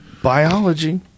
Biology